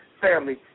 family